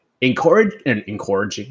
encouraging